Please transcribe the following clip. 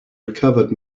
recovered